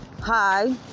Hi